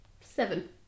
seven